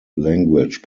language